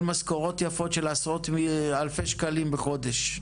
משכורות יפות של עשרות אלפי שקלים בחודש.